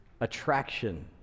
attraction